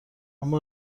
اما